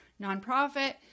nonprofit